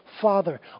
father